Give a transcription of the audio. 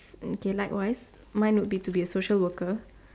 okay likewise mine would be to be a social worker